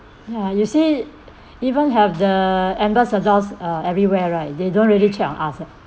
ya you see even have the ambassadors uh everywhere right they don't really check on us eh